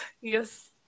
yes